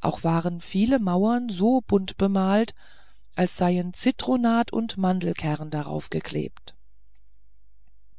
auch waren viele mauern so bunt gemalt als seien zitronat und mandelkerne darauf geklebt